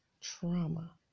trauma